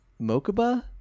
Mokuba